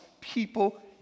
people